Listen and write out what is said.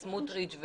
סמוטריץ',